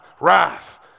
wrath